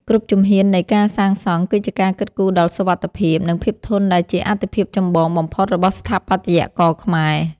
គ្រប់ជំហាននៃការសាងសង់គឺជាការគិតគូរដល់សុវត្ថិភាព និង ភាពធន់ដែលជាអាទិភាពចម្បងបំផុតរបស់ស្ថាបត្យករខ្មែរ។